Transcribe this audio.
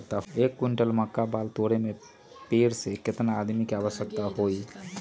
एक क्विंटल मक्का बाल तोरे में पेड़ से केतना आदमी के आवश्कता होई?